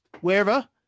wherever